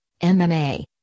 MMA